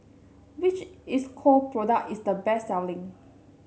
which Isocal product is the best selling